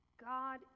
God